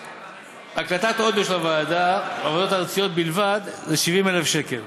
הקלטת אודיו של הוועדה בוועדות הארציות בלבד זה 70,000 שקל